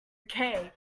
okay